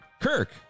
Kirk